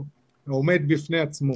העומד בפני עצמו.